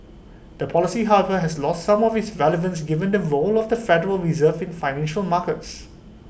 the policy however has lost some of its relevance given the role of the federal reserve in financial markets